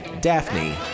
Daphne